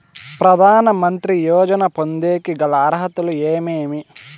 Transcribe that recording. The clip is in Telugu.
ప్రధాన మంత్రి యోజన పొందేకి గల అర్హతలు ఏమేమి?